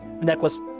Necklace